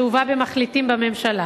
שהובאה ב"מחליטים" בממשלה,